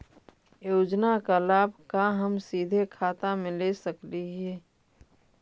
योजना का लाभ का हम सीधे खाता में ले सकली ही?